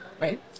right